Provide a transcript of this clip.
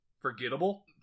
forgettable